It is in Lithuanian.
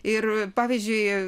ir pavyzdžiui